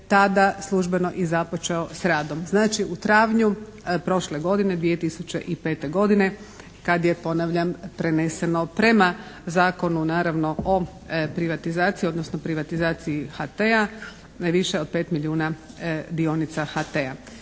tada službeno i započeo s radom. Znači, u travnju prošle godine 2005. kad je ponavljam preneseno prema Zakonu o privatizaciji odnosno privatizaciji HT-a više od 5 milijuna dionica HT-a.